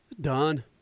Done